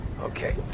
Okay